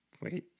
wait